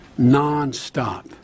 nonstop